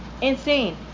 insane